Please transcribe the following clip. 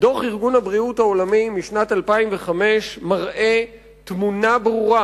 דוח ארגון הבריאות העולמי משנת 2005 מראה תמונה ברורה